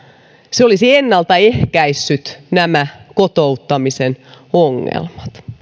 se olisi ennalta ehkäissyt nämä kotouttamisen ongelmat